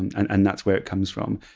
and and and that's where it comes from!